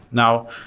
now,